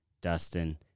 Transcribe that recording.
Dustin